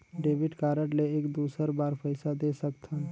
Debit card ले एक दुसर बार पइसा दे सकथन?